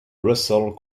russell